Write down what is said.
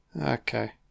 Okay